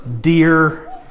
dear